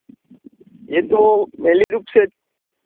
यह तो मैनली रूप से